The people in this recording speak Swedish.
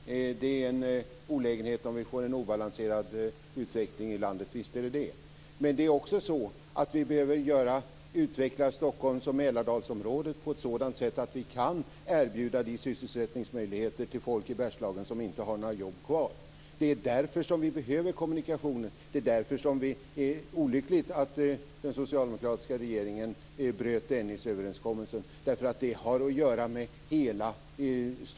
Fru talman! Det är en olägenhet om vi får en obalanserad utveckling i landet. Visst är det så. Men vi behöver också utveckla Stockholms och Mälardalsområdet på ett sådant sätt att vi kan erbjuda sysselsättningsmöjligheter till folk i Bergslagen som inte har några jobb kvar. Det är därför som vi behöver kommunikationer. Det är därför som det är olyckligt att den socialdemokratiska regeringen bröt Dennisöverenskommelsen.